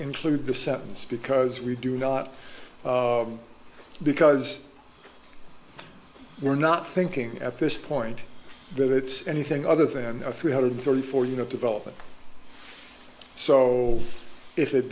include the sentence because we do not because we're not thinking at this point that it's anything other than a three hundred thirty four you know development so if it